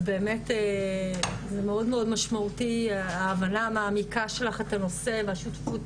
ובאמת זה מאוד משמעותי ההבנה המעמיקה שלך את הנושא והשותפות